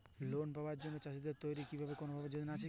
Loan পাবার জন্য চাষীদের জন্য তৈরি বিশেষ কোনো যোজনা আছে কি?